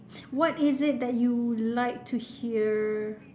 what is it that you like to hear